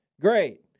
Great